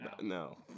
no